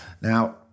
Now